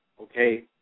okay